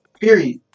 Period